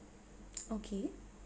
okay